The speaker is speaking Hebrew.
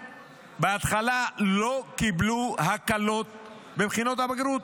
בהתחלה הם לא קיבלו הקלות בבחינות הבגרות.